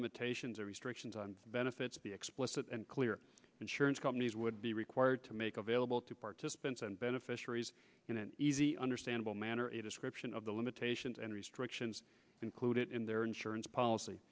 limitations or restrictions on benefits be explicit and clear insurance companies would be required to make available to participants and beneficiaries in an easy understandable manner a description of the limitations and restrictions included in their insurance policy